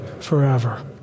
forever